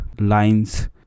lines